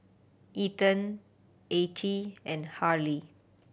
Ethan Attie and Harlie